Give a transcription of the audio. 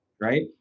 right